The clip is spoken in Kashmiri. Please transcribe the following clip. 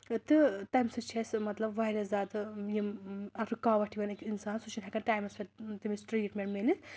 تہٕ تَمہِ سۭتۍ چھِ اَسہِ مطلب واریاہ زیادٕ یِم رُکاوٹ یِوان أکِس اِنسان سُہ چھُنہٕ ہٮ۪کان ٹایمَس پٮ۪ٹھ تٔمِس ٹرٛیٖٹمٮ۪نٛٹ مِلِتھ